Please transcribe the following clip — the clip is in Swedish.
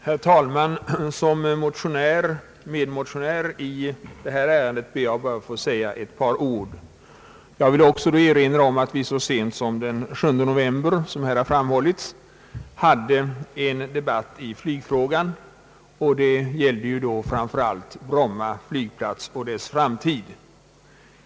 Herr talman! Som medmotionär i detta ärende ber jag att få säga några ord. Även jag vill erinra om att vi så sent som den 7 november, hade en debatt i flygfrågan. Det gällde då framför allt Bromma flygplats och dess framtid.